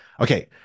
Okay